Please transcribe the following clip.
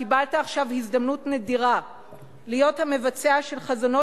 קיבלת עכשיו הזדמנות נדירה להיות המבצע של חזונו